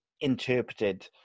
interpreted